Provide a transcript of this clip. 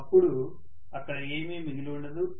అపుడు అక్కడ ఏమి మిగిలి ఉండదు